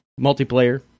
Multiplayer